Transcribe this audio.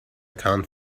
can’t